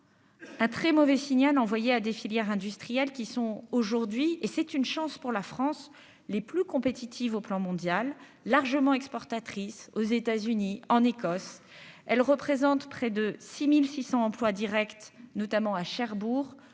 un très mauvais signal envoyé à des filières industrielles qui sont aujourd'hui, et c'est une chance pour la France, les plus compétitive au plan mondial, largement exportatrice, aux États-Unis, en Ecosse, elle représente près de 6600 emplois Directs, notamment à Cherbourg,